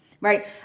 right